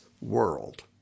world